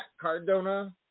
Cardona